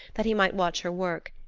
that he might watch her work.